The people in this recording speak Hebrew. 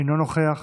אינו נוכח,